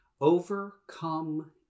Overcome